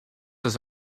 das